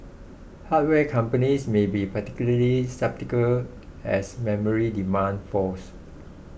hardware companies may be particularly susceptible as memory demand falls